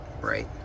right